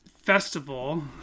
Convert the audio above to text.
Festival